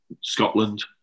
scotland